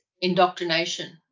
indoctrination